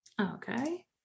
Okay